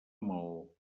maó